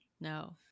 No